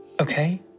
Okay